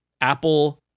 Apple